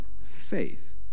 faith